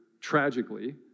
tragically